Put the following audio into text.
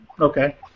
Okay